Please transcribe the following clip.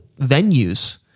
venues